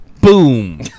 Boom